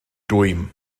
dwym